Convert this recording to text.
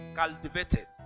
cultivated